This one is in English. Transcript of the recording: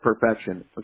perfection